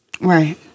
Right